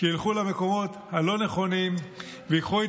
שילכו למקומות הלא-נכונים וייקחו את